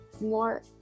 more